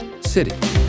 City